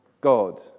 God